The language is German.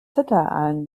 zitteraalen